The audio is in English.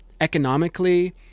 economically